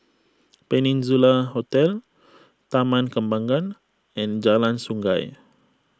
Peninsula Hotel Taman Kembangan and Jalan Sungei